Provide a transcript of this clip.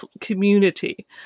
community